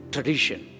Tradition